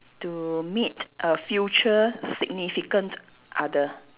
to meet a future significant other